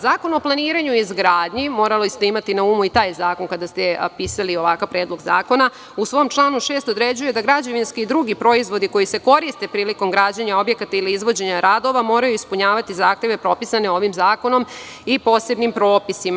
Zakon o planiranju i izgradnji, morali ste imati na umu i taj zakon kada ste pisali ovakav predlog zakona, u svom članu 6. određuje da građevinski i drugi proizvodi koji se koriste prilikom građenja objekta ili izvođenja radova moraju ispunjavati zahteve propisane ovim zakonom i posebnim propisima.